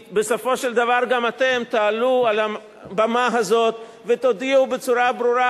בסופו של דבר גם אתם תעלו על הבמה הזאת ותודיעו בצורה ברורה,